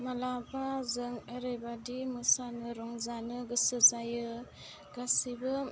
माब्लाबा जों ओरैबादि मोसानो रंजानो गोसो जायो गासिबो